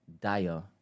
Dire